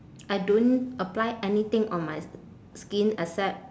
I don't apply anything on my skin except